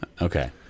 okay